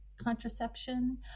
contraception